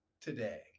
today